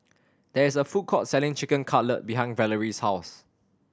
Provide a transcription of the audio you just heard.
there is a food court selling Chicken Cutlet behind Valerie's house